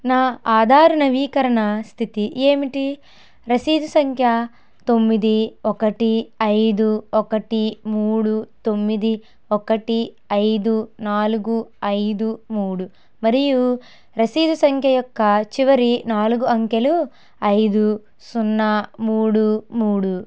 నా ఆధార్ నవీకరణ స్థితి ఏమిటి రసీదు సంఖ్య తొమ్మిది ఒకటి ఐదు ఒకటి మూడు తొమ్మిది ఒకటి ఐదు నాలుగు ఐదు మూడు మరియు రసీదు సంఖ్య యొక్క చివరి నాలుగు అంకెలు ఐదు సున్నా మూడు మూడు